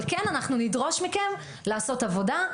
אבל אנחנו כן נדרוש מכם לעשות עבודה,